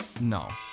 No